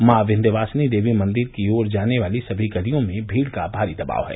मॉ विन्ध्यवासिनी देवी मंदिर की ओर जाने वाली सभी गलियों में भीड का भारी दबाव है